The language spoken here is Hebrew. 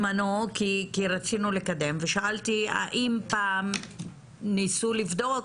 רצינו לקדם ושאלתי האם פעם ניסו לבדוק